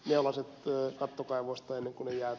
jalosen leikattu kaivostoimin kovia